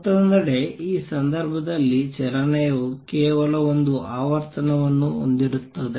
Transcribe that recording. ಮತ್ತೊಂದೆಡೆ ಈ ಸಂದರ್ಭದಲ್ಲಿ ಚಲನೆಯು ಕೇವಲ ಒಂದು ಆವರ್ತನವನ್ನು ಹೊಂದಿರುತ್ತದೆ